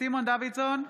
סימון דוידסון,